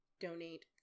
donate